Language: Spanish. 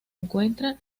encuentra